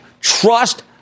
Trust